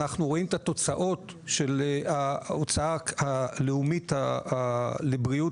אנחנו רואים את התוצאות של ההוצאה הלאומית לבריאות,